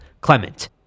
Clement